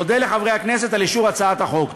אני מודה לחברי הכנסת על אישור הצעת החוק.